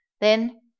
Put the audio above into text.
Then—